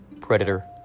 Predator